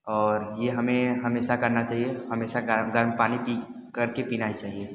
और यह हमें हमेशा करना चाहिए हमेशा गर्म गर्म पानी पी करके पीना ही चाहिए